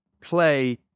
play